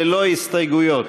ללא הסתייגויות.